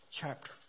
chapter